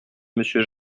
monsieur